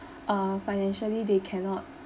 uh financially they cannot